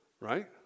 right